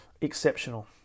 exceptional